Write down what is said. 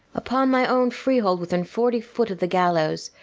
upon mine own free-hold, within forty foot of the gallows,